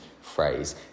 phrase